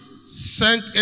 Sent